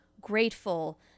grateful